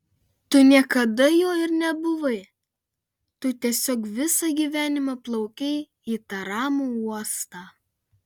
tu niekada juo ir nebuvai tu tiesiog visą gyvenimą plaukei į tą ramų uostą